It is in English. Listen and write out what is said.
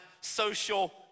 social